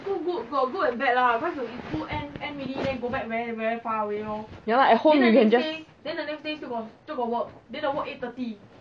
ya lah at home you can just